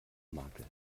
makel